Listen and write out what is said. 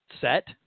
set